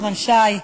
נחמן שי,